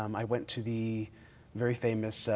um i went to the very famous,